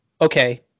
okay